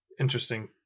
interesting